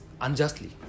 unjustly